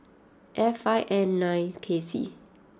F five N nine K C